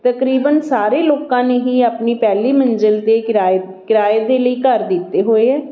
ਤਕਰੀਬਨ ਸਾਰੇ ਲੋਕਾਂ ਨੇ ਹੀ ਆਪਣੀ ਪਹਿਲੀ ਮੰਜ਼ਿਲ 'ਤੇ ਕਿਰਾਏ ਕਿਰਾਏ ਦੇ ਲਈ ਘਰ ਦਿੱਤੇ ਹੋਏ ਹੈ